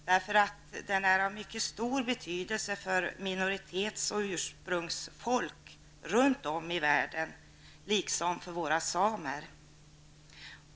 Den är nämligen av mycket stor betydelse för minoritets och ursprungsfolk runt om i världen liksom för våra samer.